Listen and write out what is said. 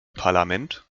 parlament